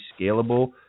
scalable